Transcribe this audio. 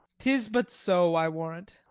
tis but so, i warrant.